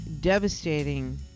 devastating